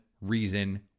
reason